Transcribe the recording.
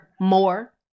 More